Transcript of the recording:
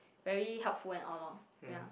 very helpful and all lor yeah